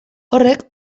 horrek